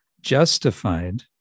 justified